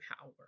power